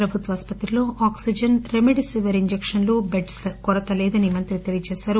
ప్రభుత్వ ఆసుపత్రిలో oxygen remdesivir ఇంజకకన్ల బెడ్ప్ ల కొరత లేదని మంత్రి తెలిపారు